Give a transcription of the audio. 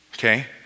Okay